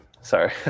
sorry